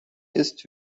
ist